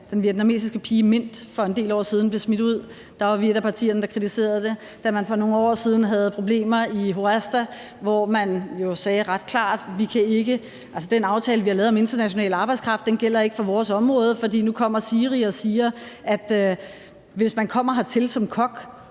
den vietnamesiske pige Mint for en del år siden blev smidt ud, var vi et af partierne, der kritiserede det. For nogle år siden havde man problemer i HORESTA, og der blev sagt ret klart, at den aftale, vi har lavet om international arbejdskraft, ikke gælder for deres område, for nu kom SIRI og sagde, at hvis du kommer hertil som kok